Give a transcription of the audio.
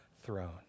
throne